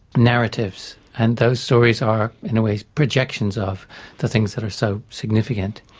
narratives, and those stories are in a way projections of the things that are so significant,